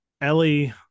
Ellie